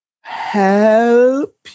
help